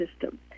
system